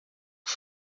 que